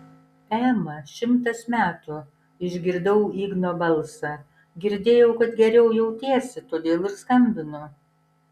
ema šimtas metų išgirdau igno balsą girdėjau kad geriau jautiesi todėl ir skambinu